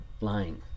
lying